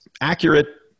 accurate